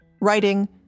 Writing